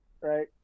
right